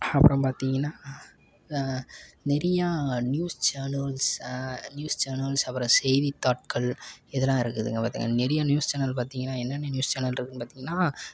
அப்புறம் பார்த்திங்கனா நிறையா நியூஸ் சேனல்ஸ் நியூஸ் சேனல்ஸ் அப்புறம் செய்தித்தாள்கள் இதெல்லாம் இருக்குதுங்க பார்த்துங்க நிறையா நியூஸ் சேனல் பார்த்திங்கனா என்னென்ன நியூஸ் சேனல் இருக்குதுனு பார்த்திங்கனா